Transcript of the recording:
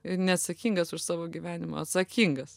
neatsakingas už savo gyvenimą atsakingas